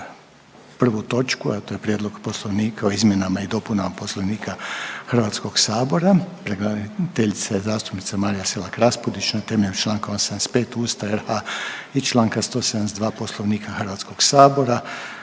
prvu točku, a to je - Prijedlog poslovnika o izmjenama i dopunama Poslovnika Hrvatskog sabora predlagateljica: zastupnica Marija Selak-Raspudić na temelju članka 85. Ustava RH i članka 172. Poslovnika Hrvatskog sabora.